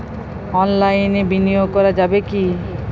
অনলাইনে বিনিয়োগ করা যাবে কি?